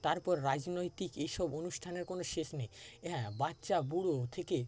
তারপর রাজনৈতিক এইসব অনুষ্ঠানের কোনো শেষ নেই হ্যাঁ বাচ্চা বুড়ো থেকে